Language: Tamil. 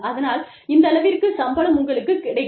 அதனால் இந்தளவிற்கு சம்பளம் உங்களுக்குக் கிடைக்கும்